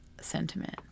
sentiment